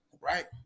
Right